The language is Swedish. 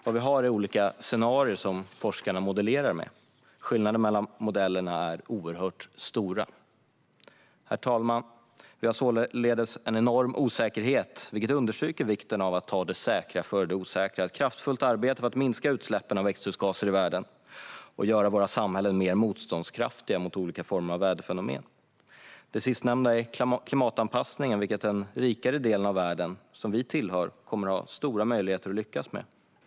Vad vi har är olika scenarier som forskarna modellerar med, och skillnaderna mellan modellerna är oerhört stora. Herr talman! Vi har således en enorm osäkerhet, viket understryker vikten av att ta det säkra för det osäkra och vikten av ett kraftfullt arbete för att minska utsläppen av växthusgaser i världen och göra våra samhällen mer motståndskraftiga mot olika former av väderfenomen. Det sistnämnda är klimatanpassning, vilket den rikare delen av världen - som vi tillhör - kommer att ha stora möjligheter att lyckas med.